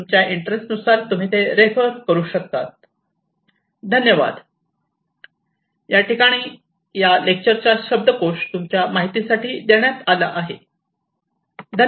तुमच्या इंटरेस्ट नुसार तुम्ही ते रेफर करू शकतात